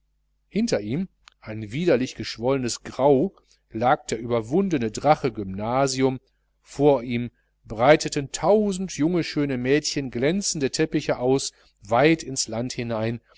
hinter ihm ein widerlich geschwollenes grau lag der überwundene drache gymnasium vor ihm breiteten tausend junge schöne mädchen glänzende teppiche aus weit ins land hinein